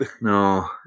no